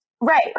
Right